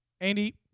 Andy